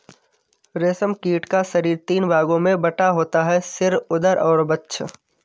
रेशम कीट का शरीर तीन भागों में बटा होता है सिर, उदर और वक्ष